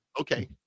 Okay